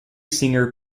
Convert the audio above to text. singer